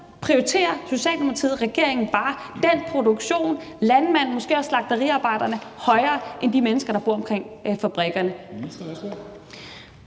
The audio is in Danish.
regeringen bare den produktion, altså landmanden og måske også slagteriarbejderne, højere end de mennesker, der bor omkring fabrikkerne.